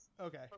Okay